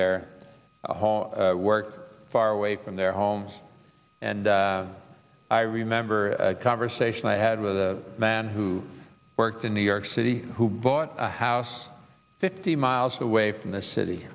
their home work far away from their homes and i remember a conversation i had with a man who worked in new york city who bought a house fifty miles away from the city